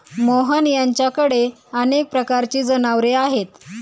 मोहन यांच्याकडे अनेक प्रकारची जनावरे आहेत